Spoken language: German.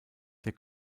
der